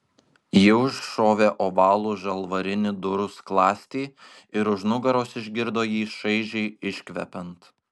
ji užšovė ovalų žalvarinį durų skląstį ir už nugaros išgirdo jį šaižiai iškvepiant